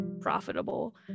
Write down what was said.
profitable